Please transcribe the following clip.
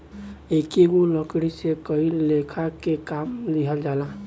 एकेगो लकड़ी से कई लेखा के काम लिहल जाला